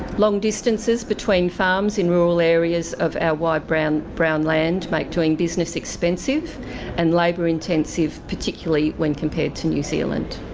long distances between the farms in rural areas of our wide brown brown land make doing business expensive and labour intensive, particularly, when compared to new zealand.